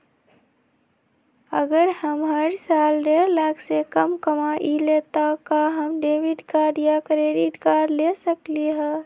अगर हम हर साल डेढ़ लाख से कम कमावईले त का हम डेबिट कार्ड या क्रेडिट कार्ड ले सकली ह?